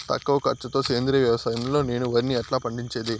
తక్కువ ఖర్చు తో సేంద్రియ వ్యవసాయం లో నేను వరిని ఎట్లా పండించేకి?